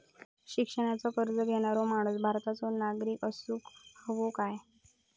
शिक्षणाचो कर्ज घेणारो माणूस भारताचो नागरिक असूक हवो काय?